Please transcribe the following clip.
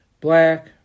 black